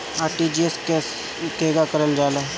RTGS केगा करलऽ जाला?